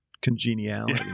Congeniality